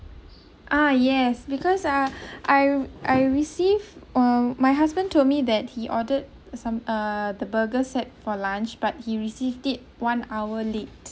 ah yes because ah I I receive um my husband told me that he ordered some uh the burger set for lunch but he received it one hour late